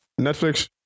Netflix